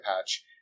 patch